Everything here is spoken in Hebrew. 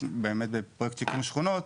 בפרויקט שיקום שכונות,